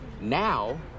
Now